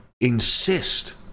insist